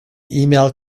email